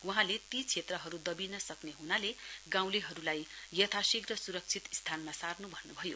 वहाँले ती क्षेत्रहरु दबिन सक्ने हुनाले गाँउलेहरुलाई यथाशीघ्र सुरक्षित स्थानमा सार्नु भन्नुभयो